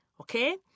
Okay